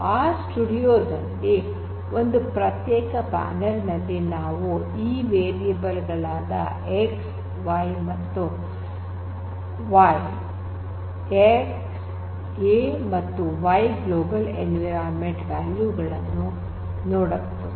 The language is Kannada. ಆರ್ ಸ್ಟುಡಿಯೋ ನಲ್ಲಿ ಒಂದು ಪ್ರತ್ಯೇಕ ಪ್ಯಾನಲ್ ನಲ್ಲಿ ನಾವು ಈ ವೇರಿಯಬಲ್ ಗಳಾದ A X ಮತ್ತು Y ಗ್ಲೋಬಲ್ ಎನ್ವಿರಾನ್ಮೆಂಟ್ ವ್ಯಾಲ್ಯೂ ಗಳನ್ನು ನೋಡಬಹುದು